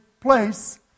place